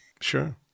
Sure